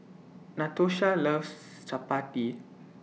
Natosha loves Chappati